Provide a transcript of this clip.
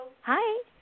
Hi